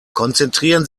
konzentrieren